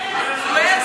בול.